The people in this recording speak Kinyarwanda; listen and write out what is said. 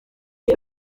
uko